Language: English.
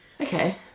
Okay